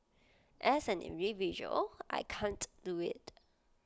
as an individual I can't do IT